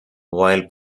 while